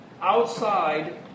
outside